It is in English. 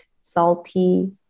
salty